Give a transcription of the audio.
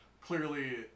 clearly